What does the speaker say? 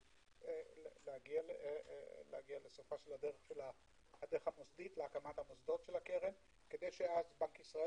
להגיע להקמת מוסדות הקרן כדי שאז בנק ישראל